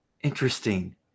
interesting